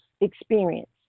experience